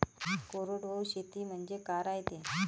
कोरडवाहू शेती म्हनजे का रायते?